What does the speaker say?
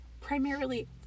primarily